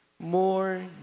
More